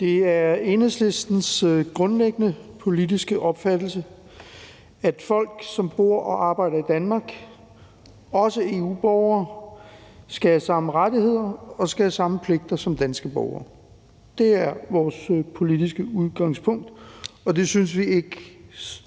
Det er Enhedslistens grundlæggende politiske opfattelse, at folk, som bor og arbejder i Danmark, også EU's borgere, skal have samme rettigheder og skal have samme pligter som danske borgere. Det er vores politiske udgangspunkt, og det synes vi ikke